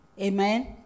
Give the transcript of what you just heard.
Amen